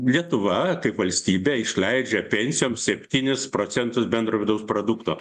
lietuva kaip valstybė išleidžia pensijoms septynis procentus bendro vidaus produkto